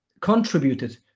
contributed